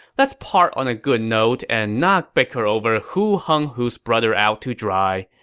let's part on a good note and not bicker over who hung whose brother out to dry.